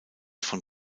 von